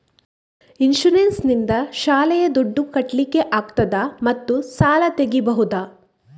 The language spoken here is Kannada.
ಇನ್ಸೂರೆನ್ಸ್ ನಿಂದ ಶಾಲೆಯ ದುಡ್ದು ಕಟ್ಲಿಕ್ಕೆ ಆಗ್ತದಾ ಮತ್ತು ಸಾಲ ತೆಗಿಬಹುದಾ?